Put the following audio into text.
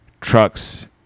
trucks